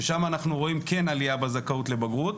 ששם אנחנו רואים כן עלייה בזכאות בבגרות,